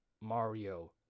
Mario